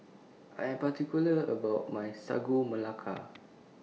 I Am particular about My Sagu Melaka